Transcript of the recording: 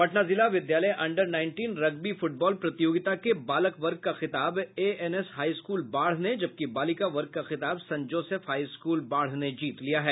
पटना जिला विद्यालय under nineteen rugby football प्रतियोगिता के बालक वर्ग का खिताब एएनएस हाई स्कूल बाढ़ ने जबकि बालिका वर्ग का खिताब संत जोसेफ हाई स्कूल बाढ़ ने जीत लिया है